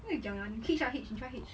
跟你讲 liao 你 hitch ah hitch 你 try hitch